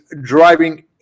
driving